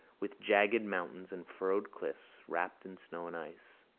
with jagged mountains and furrowed cliffs, wrapped in snow and ice.